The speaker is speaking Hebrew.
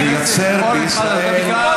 לייצר בישראל, חבר הכנסת